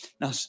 now